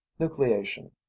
nucleation